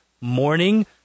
morning